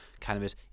cannabis